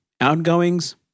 outgoings